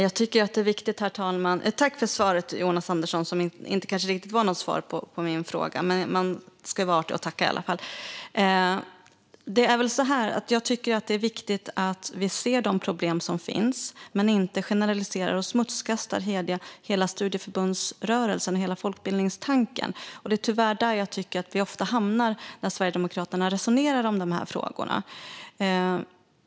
Herr talman! Tack för svaret, Jonas Andersson. Det var kanske inte något riktigt svar på min fråga, men man ska vara artig och tacka i varje fall. Det är viktigt att vi ser de problem som finns. Men vi ska inte generalisera och smutskasta hela studieförbundsrörelsen och hela folkbildningstanken. Det är tyvärr där jag tycker att vi ofta hamnar när Sverigedemokraterna resonerar om de här frågorna.